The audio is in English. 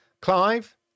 Clive